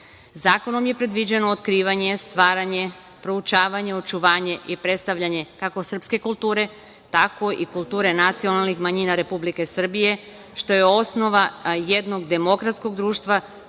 se. Zakonom je predviđeno otkrivanje, stvaranje, proučavanje, očuvanje i predstavljanje kako srpske kulture, tako i kulture nacionalnih manjina Republike Srbije, što je osnova jednog demokratskog društva